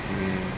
mm